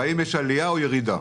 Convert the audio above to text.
והאם יש עלייה או ירידה?